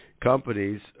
companies